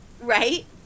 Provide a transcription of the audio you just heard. Right